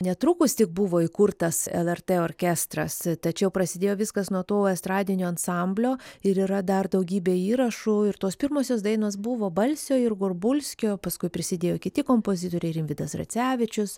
netrukus tik buvo įkurtas lrt orkestras tačiau prasidėjo viskas nuo to estradinio ansamblio ir yra dar daugybė įrašų ir tos pirmosios dainos buvo balsio ir gorbulskio paskui prisidėjo ir kiti kompozitoriai rimvydas racevičius